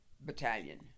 battalion